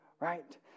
right